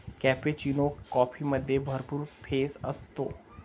cappuccino कॉफीमध्ये भरपूर फेस असतो